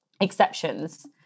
exceptions